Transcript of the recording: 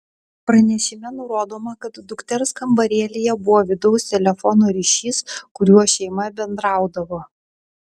pranešime nurodoma kad dukters kambarėlyje buvo vidaus telefono ryšys kuriuo šeima bendraudavo